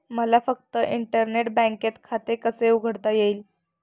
मला फक्त इंटरनेट बँकेत खाते कसे उघडता येईल?